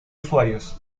usuarios